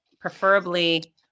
preferably